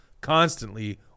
constantly